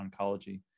oncology